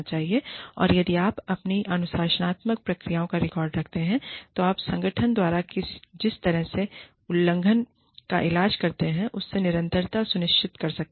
और यदि आप अपनी अनुशासनात्मक प्रक्रियाओं का रिकॉर्ड रखते हैंतो आप संगठन द्वारा जिस तरह से उल्लंघन का इलाज करते हैं उसमें निरंतरता सुनिश्चित कर सकते हैं